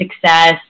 success